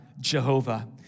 Jehovah